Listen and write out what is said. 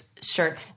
shirt